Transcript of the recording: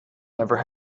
never